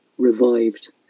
Revived